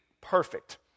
Perfect